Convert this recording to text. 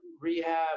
rehab